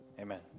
amen